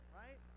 right